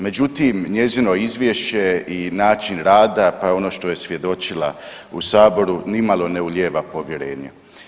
Međutim, njezino izvješće i način rada pa ono što je svjedočila u saboru nimalo ne ulijeva povjerenje.